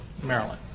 Maryland